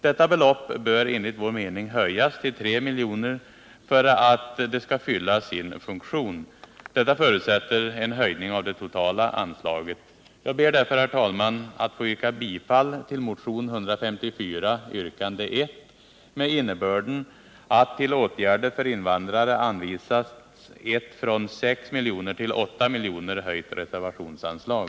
Detta belopp bör enligt vår mening höjas till 3 miljoner för att det skall fylla sin funktion. Detta förutsätter en höjning av det totala anslaget. Jag ber därför, herr talman, att få yrka bifall till motion 154, yrkande 1, med innebörden att till åtgärder för invandrare anvisas ett från 6 milj.kr. till 8 milj.kr. höjt reservationsanslag.